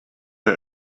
der